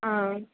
ఆ